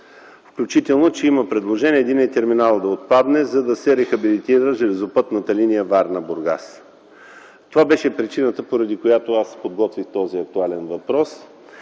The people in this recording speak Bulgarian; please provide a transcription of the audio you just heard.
включително, че има предложение единият терминал да отпадне, за да се рехабилитира железопътната линия Варна-Бургас. Това беше причината, поради която аз подготвих този актуален въпрос